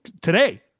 today